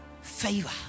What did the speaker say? Favor